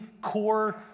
core